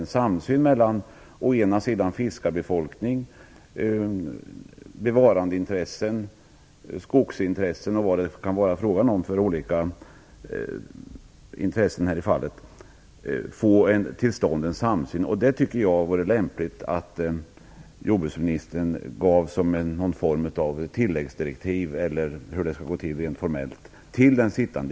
Det vore bra om vi kunde få till stånd en samsyn mellan fiskarbefolkningen, bevarandeintressen och skogsintressen. Jag tycker att det vore lämpligt om jordbruksministern tog upp detta som någon form av tilläggsdirektiv eller liknande till den sittande